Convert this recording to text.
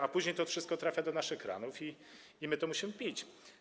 A później to wszystko trafia do naszych kranów i my to musimy pić.